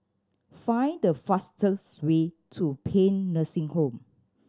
find the fastest way to Paean Nursing Home